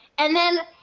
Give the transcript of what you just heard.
and then,